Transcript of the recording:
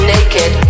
Naked